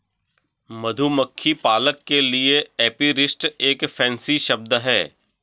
मधुमक्खी पालक के लिए एपीरिस्ट एक फैंसी शब्द है